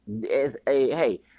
hey